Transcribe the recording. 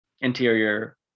interior